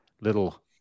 little